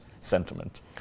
sentiment